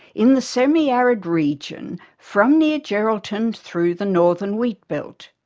in the semiarid region from near geraldton through the northern wheat belt.